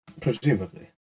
Presumably